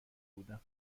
بودم